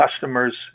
customers